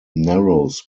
narrows